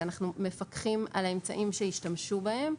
ואנחנו מפקחים על האמצעים שישתמשו בהם,